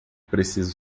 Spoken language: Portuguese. preciso